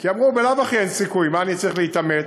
כי אמרו: בלאו הכי אין סיכוי, מה אני צריך להתאמץ?